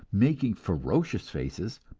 making ferocious faces,